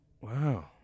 Wow